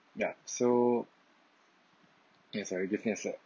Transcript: ya so eh sorry give me a sec